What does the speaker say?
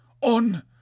on